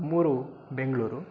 ನಮ್ಮ ಊರು ಬೆಂಗಳೂರು